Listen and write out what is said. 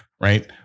right